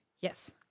Yes